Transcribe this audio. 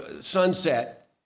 sunset